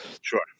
sure